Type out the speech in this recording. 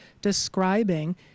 describing